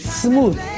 smooth